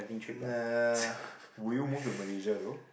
uh ppo would you move to malaysia though